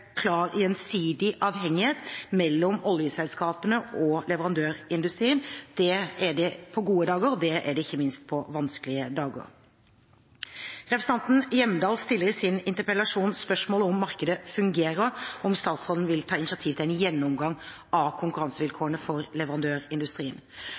klar gjensidig avhengighet mellom oljeselskapene og leverandørindustrien. Det er det på gode dager, det er det ikke minst på vanskelige dager. Representanten Hjemdal stiller i sin interpellasjon spørsmål om markedet fungerer, og om statsråden vil ta initiativ til en gjennomgang av